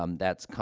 um that's,